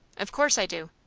of course i do.